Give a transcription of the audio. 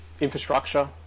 infrastructure